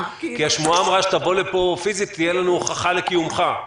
כי השמועה אמרה שתבוא לפה פיזית ותהיה לנו הוכחה לקיומך.